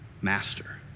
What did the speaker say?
master